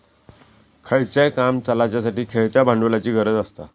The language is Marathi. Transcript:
खयचाय काम चलाच्यासाठी खेळत्या भांडवलाची गरज आसता